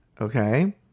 Okay